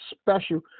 special